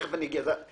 תיכף אני אגיע לזה.